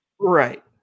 right